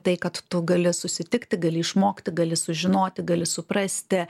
tai kad tu gali susitikti gali išmokti gali sužinoti gali suprasti